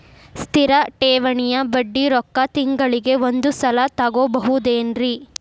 ಸ್ಥಿರ ಠೇವಣಿಯ ಬಡ್ಡಿ ರೊಕ್ಕ ತಿಂಗಳಿಗೆ ಒಂದು ಸಲ ತಗೊಬಹುದೆನ್ರಿ?